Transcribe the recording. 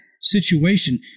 situation